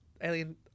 Alien